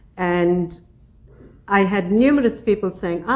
and i had numerous people saying, ah,